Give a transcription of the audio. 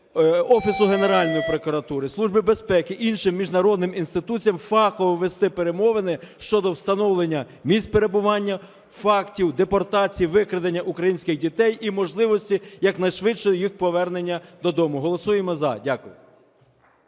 Офісу Генеральної прокуратури, Службі безпеки, іншим міжнародним інституціям фахово вести перемовини щодо встановлення місць перебування, фактів депортації, викрадення українських дітей і можливості якнайшвидше їх повернення додому. Голосуємо – за. Дякую.